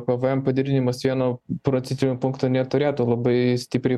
pvm padidinimas vienu procentiniu punktu neturėtų labai stipriai